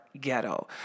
ghetto